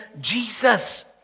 Jesus